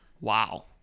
Wow